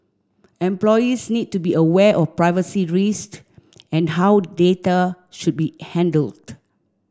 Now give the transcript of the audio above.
employees need to be aware of privacy risk and how data should be handled